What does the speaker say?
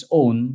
own